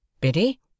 Biddy